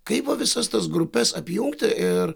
kaip va visas tas grupes apjungti ir